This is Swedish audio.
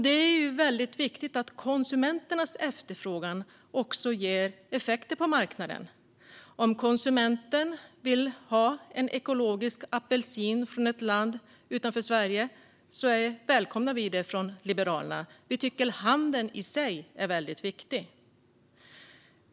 Det är väldigt viktigt att konsumenternas efterfrågan också ger effekter på marknaden. Om konsumenten vill ha en ekologisk apelsin från ett land utanför Sverige välkomnar vi det från Liberalerna. Vi tycker att handeln i sig är väldigt viktig.